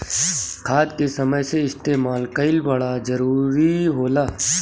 खाद के समय से इस्तेमाल कइल बड़ा जरूरी होला